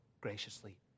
graciously